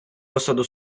посаду